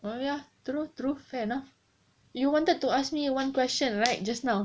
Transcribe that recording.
oh ya true true fair enough you wanted to ask me one question right just now